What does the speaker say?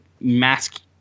mask